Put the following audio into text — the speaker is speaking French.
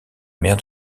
maire